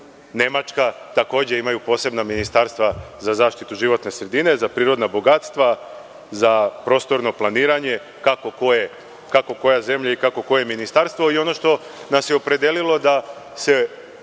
Nemačka takođe imaju posebna ministarstva za zaštitu životne sredine, za prirodna bogatstva, za prostorno planiranje, kako koja zemlje i kako koje ministarstvo. Ono što nas je opredelilo da se